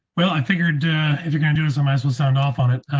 well, i figured you're going to do some, i will sign off on it.